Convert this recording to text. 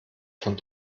von